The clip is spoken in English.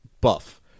buff